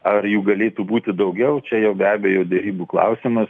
ar jų galėtų būti daugiau čia jau be abejo derybų klausimas